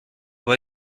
moi